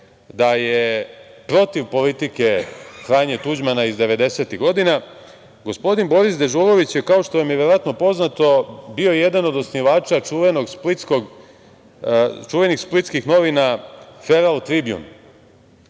da je protiv politike Franje Tuđmana iz 90-ih godina, gospodin Boris Dežulović je, kao što vam je verovatno poznato bio jedan od osnivača čuvenih splitskih novina Feral Tribjun. Taj